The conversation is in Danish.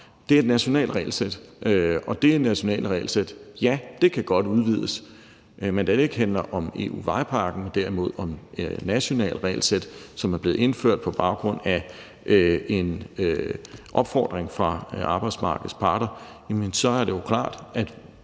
Det er et nationalt regelsæt, og det nationale regelsæt, ja, kan godt udvides, men da det ikke handler om EU-vejpakken, men derimod om et nationalt regelsæt, som er blevet indført på baggrund af en opfordring fra arbejdsmarkedets parter, så er det jo klart, at